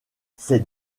ces